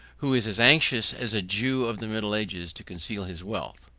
who is as anxious as a jew of the middle ages to conceal his wealth.